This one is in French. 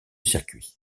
circuit